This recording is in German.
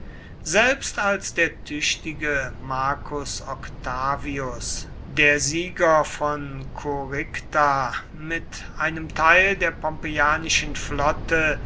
selbst als der tüchtige marcus octavius der sieger von curicta mit einem teil der pompeianischen flotte